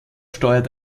steuert